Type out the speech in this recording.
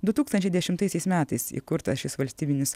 du tūkstančiai dešimtaisiais metais įkurtas šis valstybinis